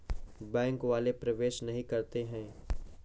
Bank वाले प्रवेश नहीं करते हैं?